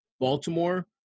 Baltimore